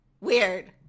weird